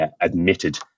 admitted